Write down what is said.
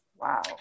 Wow